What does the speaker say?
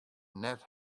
net